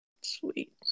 Sweet